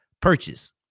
purchase